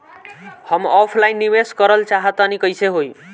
हम ऑफलाइन निवेस करलऽ चाह तनि कइसे होई?